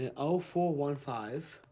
ah, o, four, one, five.